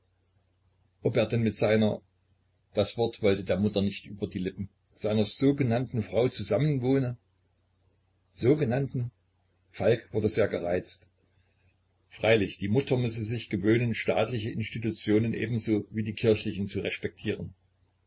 ob er denn mit seiner das wort wollte der mutter nicht über die lippen seiner sogenannten frau zusammenwohne sogenannten falk wurde sehr gereizt freilich die mutter müsse sich gewöhnen staatliche institutionen ebenso wie die kirchlichen zu respektieren